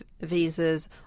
visas